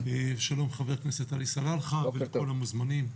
שלום חבר הכנסת עלי סלאלחה ולכל המוזמנים.